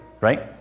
right